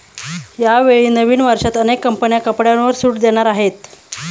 यावेळी नवीन वर्षात अनेक कंपन्या कपड्यांवर सूट देणार आहेत